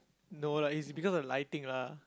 no lah it's because lighting lah